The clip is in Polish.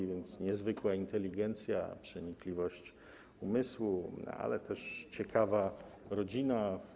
A więc niezwykła inteligencja, przenikliwość umysłu, ale też ciekawa rodzina.